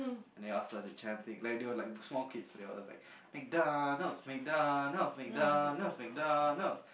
and they all started chanting like they were like small kid there was like MacDonalds MacDonalds MacDonalds MacDonalds'